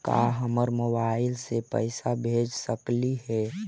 का हम मोबाईल से पैसा भेज सकली हे?